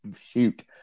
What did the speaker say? Shoot